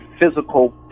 physical